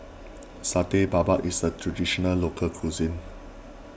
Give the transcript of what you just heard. Satay Babat is a Traditional Local Cuisine